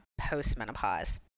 postmenopause